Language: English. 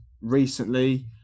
recently